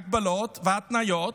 הגבלות והתניות,